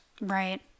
Right